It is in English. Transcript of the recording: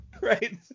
Right